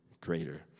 greater